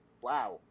wow